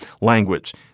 language